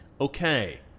Okay